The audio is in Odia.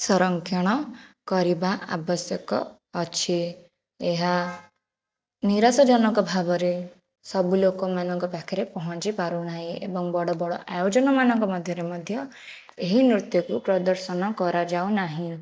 ସଂରକ୍ଷଣ କରିବା ଆବଶ୍ୟକ ଅଛି ଏହା ନିରାଶଜନକ ଭାବରେ ସବୁ ଲୋକମାନଙ୍କ ପାଖରେ ପହଞ୍ଚି ପାରୁନାହିଁ ଏବଂ ବଡ଼ ବଡ଼ ଆୟୋଜନମାନଙ୍କ ମଧ୍ୟରେ ମଧ୍ୟ ଏହି ନୃତ୍ୟକୁ ପ୍ରଦର୍ଶନ କରା ଯାଉନାହିଁ